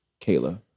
Kayla